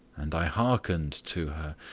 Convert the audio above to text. and i hearkened to her.